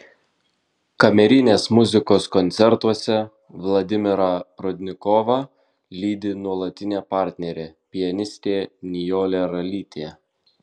kamerinės muzikos koncertuose vladimirą prudnikovą lydi nuolatinė partnerė pianistė nijolė ralytė